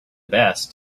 best